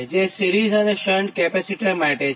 જે સિરીઝ અને shunt capacitor માટે છે